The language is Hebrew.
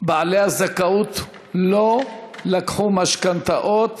מספר בעלי הזכאות לא לקחו משכנתאות